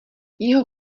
jeho